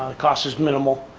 ah cost is minimal.